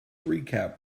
recap